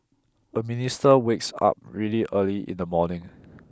a minister wakes up really early in the morning